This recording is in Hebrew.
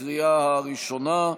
בקריאה הראשונה.